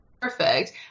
Perfect